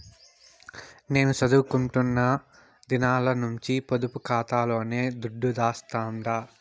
నేను సదువుకుంటున్న దినాల నుంచి పొదుపు కాతాలోనే దుడ్డు దాస్తండా